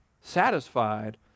satisfied